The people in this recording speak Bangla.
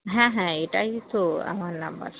হ্যাঁ হ্যাঁ এটাই তো আমার নম্বর